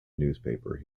newspaper